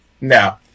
no